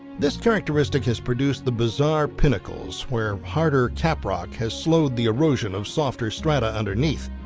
this characteristic has produced the bizarre pinnacles where harder cap rock has slowed the erosion of softer strata underneath.